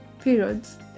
periods